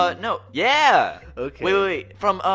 ah no yeah! okay. wai-wai-wait. from, ah,